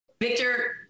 Victor